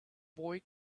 boy